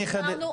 אני אחדד.